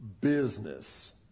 business